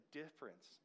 difference